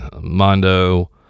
Mondo